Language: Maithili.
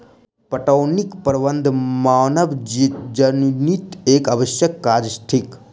पटौनीक प्रबंध मानवजनीत एक आवश्यक काज थिक